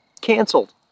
Canceled